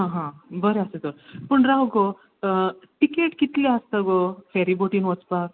हा हा बरे आसा तर पूण राव गो टिकेट कितली आसता गो फेरीबोटीन वचपाक